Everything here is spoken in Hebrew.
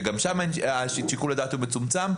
שגם שם שיקול הדעת הוא מצומצם.